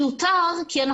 מיותר כי אנחנו